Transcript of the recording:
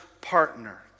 partner